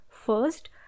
First